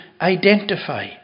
identify